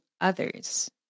others